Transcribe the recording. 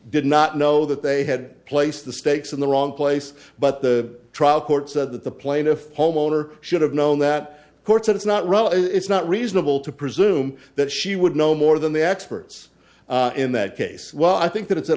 did not know that they had placed the stakes in the wrong place but the trial court said that the plaintiff homeowner should have known that court said it's not relevant it's not reasonable to presume that she would know more than the experts in that case well i think that it's at